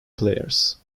players